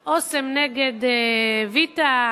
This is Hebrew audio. "אסם" נגד "ויטה",